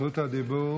זכות הדיבור